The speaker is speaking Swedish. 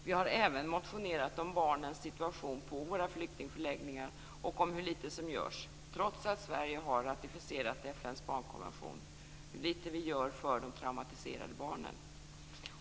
Vi har även motionerat om barnens situation på våra flyktingförläggningar och om hur litet som görs för de traumatiserade barnen, trots att Sverige har ratificerat FN:s barnkonvention.